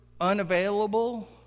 unavailable